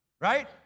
right